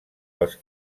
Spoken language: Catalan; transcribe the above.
els